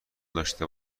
داشته